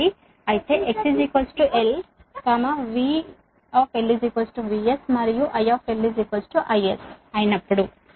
కాబట్టి అయితే x l V VS and I IS అయినప్పుడు